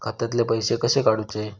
खात्यातले पैसे कशे काडूचा?